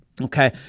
Okay